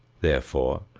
therefore,